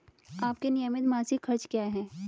आपके नियमित मासिक खर्च क्या हैं?